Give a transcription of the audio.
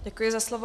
Děkuji za slovo.